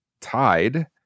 tied